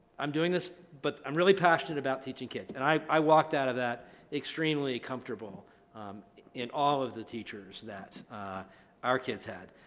i'm doing this, but i'm really passionate about teaching kids, and i i walked out of that extremely comfortable in all of the teachers that our kids had.